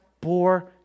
bore